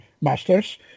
masters